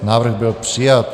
Návrh byl přijat.